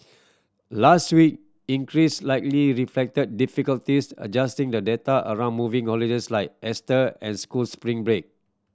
last week increase likely reflected difficulties adjusting the data around moving holidays like Easter and school spring break